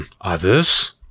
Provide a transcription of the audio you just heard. Others